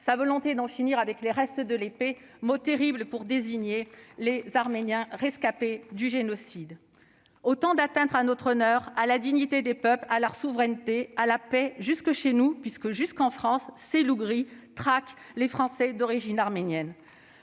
sa volonté d'en finir avec les « restes de l'épée », mot terrible pour désigner les Arméniens rescapés du génocide. Il y a là autant d'atteintes à notre honneur, à la dignité des peuples, à leur souveraineté, à la paix, jusque chez nous, en France, où ses Loups gris traquent les Français d'origine arménienne.